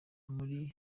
muri